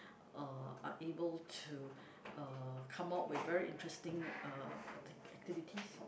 uh are able to uh come out with very interesting uh acti~ activities